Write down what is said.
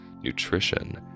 nutrition